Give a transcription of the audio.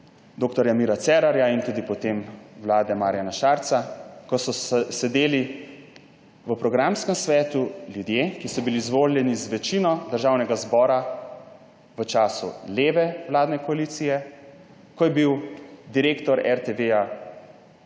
dr. Mira Cerarja in tudi potem vlade Marjana Šarca, ko so sedeli v programskem svetu ljudje, ki so bili izvoljeni z večino Državnega zbora v času leve vladne koalicije, ko je bil direktor RTV